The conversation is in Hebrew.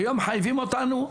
היום מחייבים אותנו,